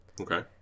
Okay